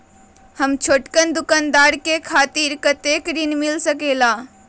हम छोटकन दुकानदार के खातीर कतेक ऋण मिल सकेला?